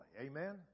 Amen